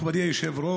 תודה, מכובדי היושב-ראש.